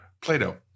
Plato